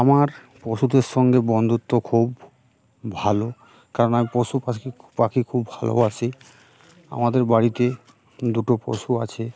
আমার পশুদের সঙ্গে বন্ধুত্ব খুব ভালো কারণ আমি পশু পাখি পাখি খুব ভালোবাসি আমাদের বাড়িতে দুটো পশু আছে